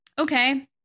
okay